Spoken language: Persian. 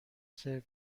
سرو